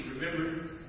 Remember